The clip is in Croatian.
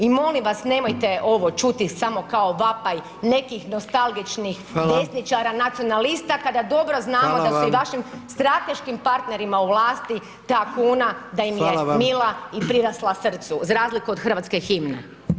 I molim vas nemojte ovo čuti samo kao vapaj nekih nostalgičnih [[Upadica: Hvala.]] desničara nacionalista, kada dobro znamo [[Upadica: Hvala.]] da se i vašim strateškim partnerima u vlasti ta kuna [[Upadica: Hvala vam.]] da im je mila i prirasla srcu, za razliku od Hrvatske himne.